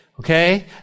Okay